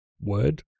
word